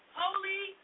holy